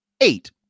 Eight